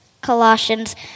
Colossians